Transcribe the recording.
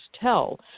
tell